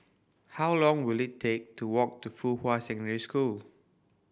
how long will it take to walk to Fuhua Secondary School